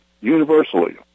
universally